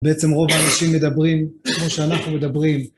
בעצם רוב האנשים מדברים כמו שאנחנו מדברים.